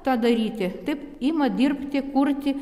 tą daryti taip ima dirbti kurti